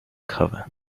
cover